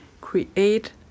create